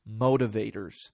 motivators